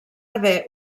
haver